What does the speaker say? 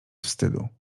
wstydu